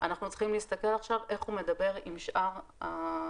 אנחנו צריכים להסתכל עכשיו איך הוא מדבר עם שאר ההיבטים,